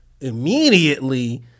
immediately